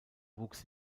wuchs